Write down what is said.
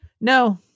No